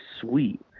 sweet